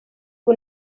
ubu